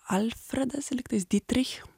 alfredas lyg tais dytrich